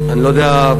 חשובה.